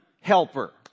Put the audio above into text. helper